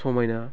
समायना